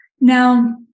Now